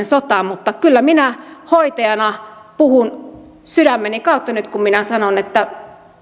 sota mutta kyllä minä hoitajana puhun sydämeni kautta nyt kun minä sanon että